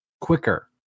quicker